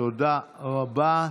תודה רבה.